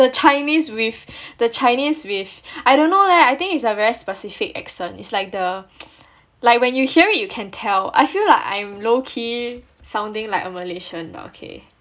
the chinese with the chinese with I don't know leh I think it's a very specific accent is like the like when you hear it you can tell I feel like I'm low key sounding like a malaysian but okay